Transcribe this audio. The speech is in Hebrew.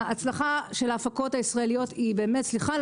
ההצלחה של ההפקות הישראליות היא סליחה על